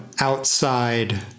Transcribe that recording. outside